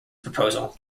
proposal